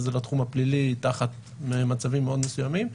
זה לתחום הפלילי תחת מצבים מאוד מסוימים.